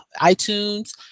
iTunes